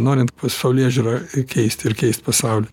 norint pasaulėžiūrą keisti ir keist pasaulį